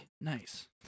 Nice